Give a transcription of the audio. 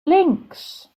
links